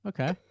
Okay